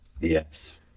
yes